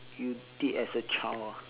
you did as a child ah